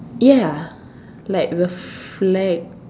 ya like the flag